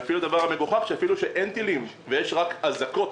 והדבר המגוחך, שאפילו כשאין טילים ויש רק אזעקות,